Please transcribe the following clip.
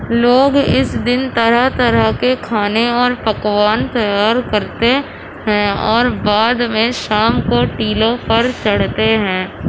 لوگ اس دن طرح طرح کے کھانے اور پکوان تیار کرتے ہیں اور بعد میں شام کو ٹیلوں پر چڑھتے ہیں